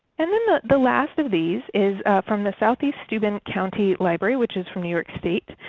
and then the the last of these is from the southeast steuben county library which is from new york state.